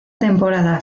temporada